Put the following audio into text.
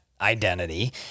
identity